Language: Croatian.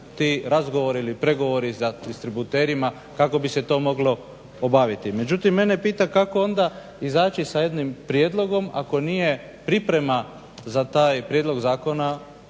ti razgovori ili pregovori sa distributerima kako bi se to moglo obaviti. Međutim mene pita kako onda izaći sa jednim prijedlogom ako nije priprema za taj prijedlog zakona